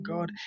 God